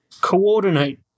coordinate